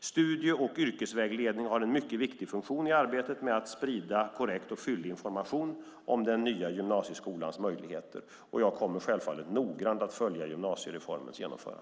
Studie och yrkesvägledning har en mycket viktig funktion i arbetet med att sprida korrekt och fyllig information om den nya gymnasieskolans möjligheter. Jag kommer självfallet att noggrant följa gymnasiereformens genomförande.